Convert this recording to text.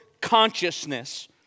consciousness